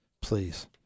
please